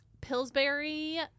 Pillsbury